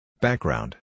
Background